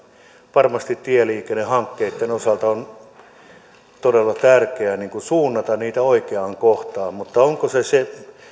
varmasti tieliikennehankkeitten osalta on todella tärkeää suunnata niitä oikeaan kohtaan mutta onko se se